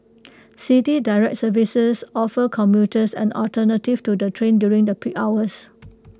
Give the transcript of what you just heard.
City Direct services offer commuters an alternative to the train during the peak hours